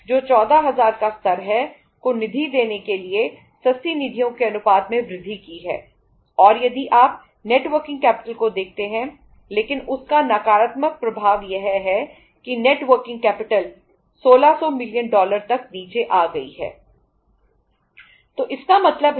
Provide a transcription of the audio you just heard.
तो इसका मतलब है कि आपकी तरलता प्रभावित हुई है